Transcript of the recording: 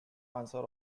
answer